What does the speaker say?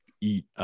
eat